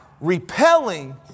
Repelling